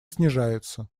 снижается